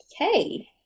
okay